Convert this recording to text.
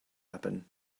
happen